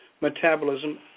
metabolism